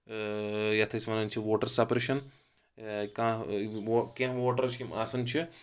یَتھ أسۍ وَنان چھ ووٹر سپریشن کانٛہہ کینٛہہ ووٹر چھِ یِم آسان چھِ